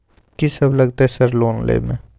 कि सब लगतै सर लोन लय में?